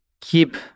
keep